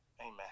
Amen